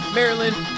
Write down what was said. Maryland